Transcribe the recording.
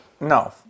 No